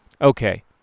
okay